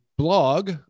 blog